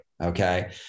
Okay